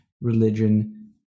religion